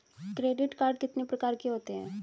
Credit card कितने प्रकार के होते हैं?